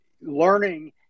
Learning